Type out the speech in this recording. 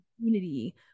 community